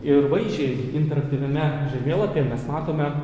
ir vaizdžiai interaktyviame žemėlapyje mes matome